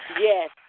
Yes